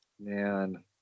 Man